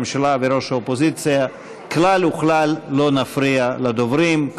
הממשלה וראש האופוזיציה אנחנו כלל וכלל לא נפריע לדוברים,